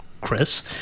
Chris